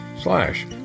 Slash